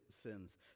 sins